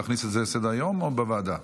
להכניס את זה לסדר-היום או בוועדה?